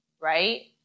right